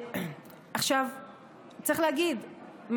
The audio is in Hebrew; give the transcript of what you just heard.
צריך להגיד,